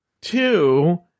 Two